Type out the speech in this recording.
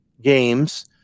games